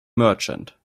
merchant